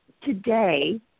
today